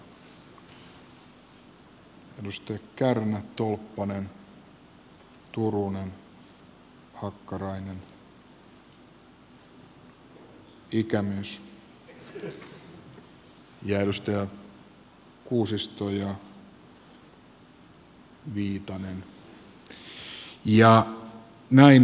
edustajat kärnä tolppanen turunen hakkarainen ikämies kuusisto ja viitanen